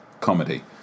comedy